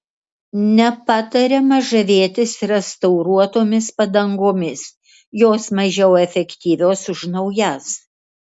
nepatariama žavėtis restauruotomis padangomis jos mažiau efektyvios už naujas